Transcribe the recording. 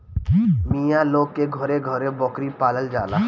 मिया लोग के घरे घरे बकरी पालल जाला